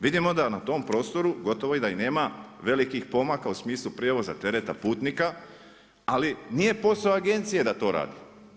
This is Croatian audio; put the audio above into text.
Vidimo da na tom prostoru gotovo da i nema velikih pomaka u smislu prijevoza tereta putnika ali nije posao agencije da to radi.